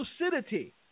lucidity